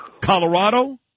Colorado